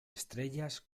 estrellas